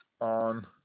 on